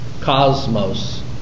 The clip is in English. cosmos